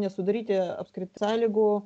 ne sudaryti apskritai sąlygų